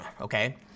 Okay